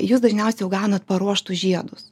jūs dažniausia jau gaunat paruoštus žiedus